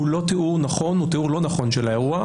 הוא רעיון לא תיאור נכון אלא הוא תיאור לא נכון של האירוע.